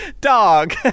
Dog